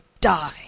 die